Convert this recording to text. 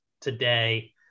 today